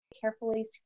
carefully